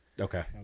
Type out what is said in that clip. okay